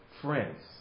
Friends